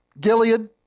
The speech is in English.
Gilead